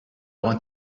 want